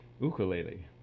Ukulele